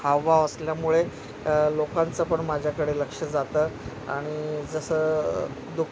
हावभाव असल्यामुळे लोकांचं पण माझ्याकडे लक्ष जातं आणि जसं दुःख